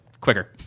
quicker